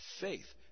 faith